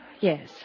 Yes